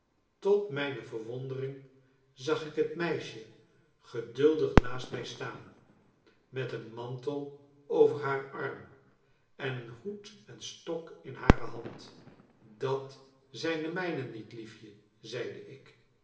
tot mijne verwondering zag ik het meisje geduldig naast mij staan met een mantel over haar arm en een hoed en stok in hare hand dat zijn de mijne niet liefje zeide ik